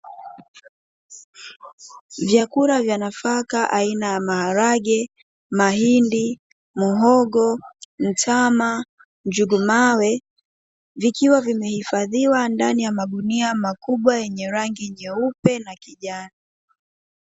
Vyakula vya nafaka aina ya maharage, mahindi, muhogo, mtama, njugu mawe vikiwa vimehifadhiwa ndani ya magunia meupe yenye rangi nyeusi na kijani.